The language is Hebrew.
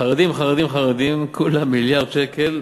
חרדים, חרדים, חרדים, כולה מיליארד שקל.